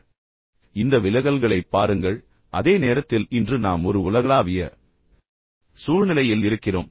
இப்போது இந்த விலகல்களைப் பாருங்கள் ஆனால் அதே நேரத்தில் இன்று நாம் ஒரு உலகளாவிய சூழ்நிலையில் இருக்கிறோம்